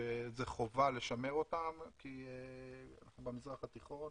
שזאת חובה לשמר אותן במזרח התיכון,